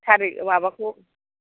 थारिक माबाखौ